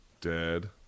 Dead